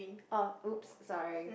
orh oops sorry